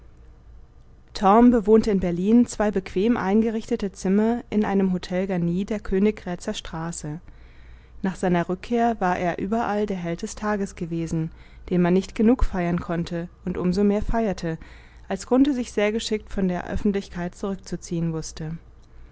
bewohnte in berlin zwei bequem eingerichtete zimmer in einem hotel garni der königgrätzer straße nach seiner rückkehr war er überall der held des tages gewesen den man nicht genug feiern konnte und um so mehr feierte als grunthe sich sehr geschickt von der öffentlichkeit zurückzuziehen wußte